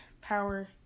power